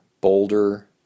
Boulder